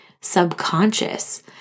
subconscious